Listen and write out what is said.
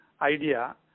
idea